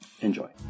Enjoy